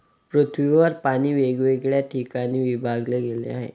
पृथ्वीवर पाणी वेगवेगळ्या ठिकाणी विभागले गेले आहे